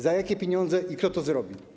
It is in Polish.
Za jakie pieniądze i kto to zrobi?